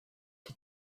die